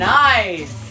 nice